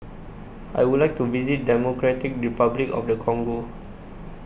I Would like to visit Democratic Republic of The Congo